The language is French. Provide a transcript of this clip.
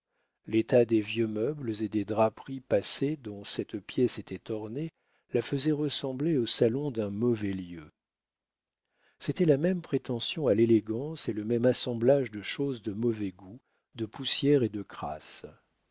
l'état des vieux meubles et des draperies passées dont cette pièce était ornée la faisait ressembler au salon d'un mauvais lieu c'était la même prétention à l'élégance et le même assemblage de choses de mauvais goût de poussière et de crasse